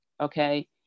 okay